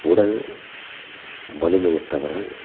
உடல் வலிமையற்றவர்கள்